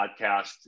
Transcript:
podcast